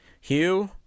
Hugh